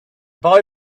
boy